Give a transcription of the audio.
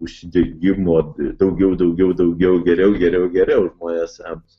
užsidegimo daugiau daugiau daugiau geriau geriau geriau žmonės